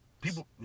People